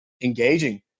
engaging